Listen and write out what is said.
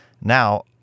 now